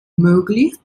möglichst